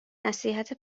نصیحت